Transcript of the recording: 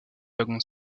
wagons